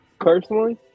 Personally